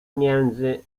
między